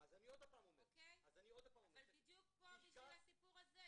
אז אני עוד פעם אומר --- אבל בדיוק פה בשביל הסיפור הזה,